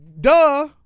Duh